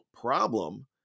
problem